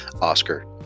Oscar